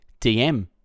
DM